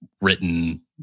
written